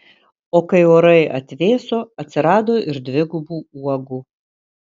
o kai orai atvėso atsirado ir dvigubų uogų